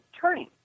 turning